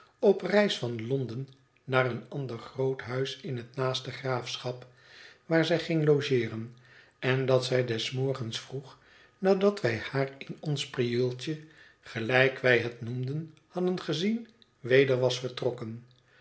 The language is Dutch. op reis van londen naar een ander groot huis in het naaste graafschap waar zij ging logeeren en dat zij des morgens vroeg nadat wij haar in ons prieeltje gelijk wij het noemden hadden gezien weder was vertrokken